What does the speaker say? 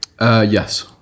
Yes